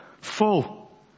Full